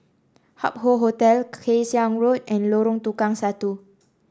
Hup Hoe Hotel Kay Siang Road and Lorong Tukang Satu